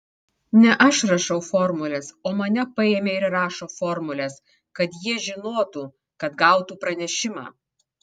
ne aš rašau formules o mane paėmė ir rašo formules kad jie žinotų kad gautų pranešimą